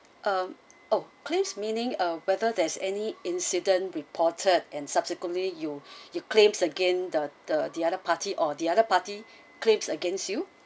uh oh claims meaning ah whether there's any incident reported and subsequently you you claims again the the the other party or the other party claims against you